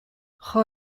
roh